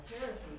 heresy